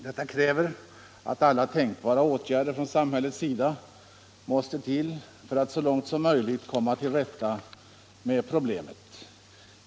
Detta kräver att alla tänkbara åtgärder från samhällets sida vidtas för att så långt som möjligt komma till rätta med problemet.